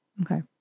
Okay